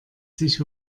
sich